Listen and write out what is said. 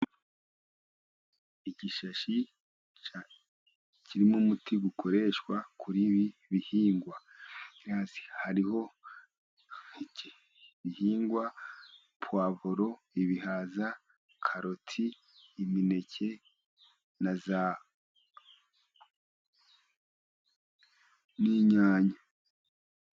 Igishashi kirimo umuti ukoreshwa kuri ibi bihingwa. Hariho ibihingwa pwavuro, ibihaza, imineke, n'inyanya.